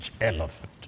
elephant